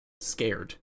scared